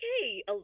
okay